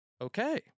okay